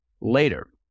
Later